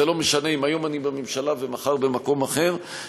זה לא משנה אם היום אני בממשלה ומחר במקום אחר.